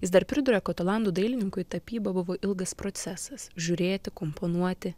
jis dar priduria kad olandų dailininkui tapyba buvo ilgas procesas žiūrėti komponuoti